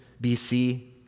BC